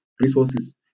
resources